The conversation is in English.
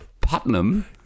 Putnam